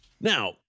Now